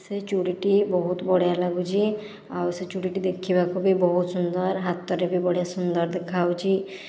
ସେହି ଚୁଡ଼ିଟି ବହୁତ ବଢ଼ିଆ ଲାଗୁଛି ଆଉ ସେ ଚୁଡ଼ିଟି ଦେଖିବାକୁ ଭି ବହୁତ ସୁନ୍ଦର ହାତରେ ଭି ବଢ଼ିଆ ସୁନ୍ଦର ଦେଖାଯାଉଛି